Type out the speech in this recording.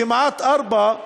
כמעט 16:00,